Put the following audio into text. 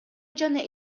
жана